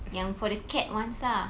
yang for the cat ones ah